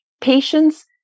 patients